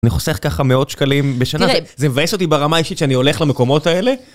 אני חוסך ככה מאות שקלים בשנה, זה מבאס אותי ברמה האישית שאני הולך למקומות האלה.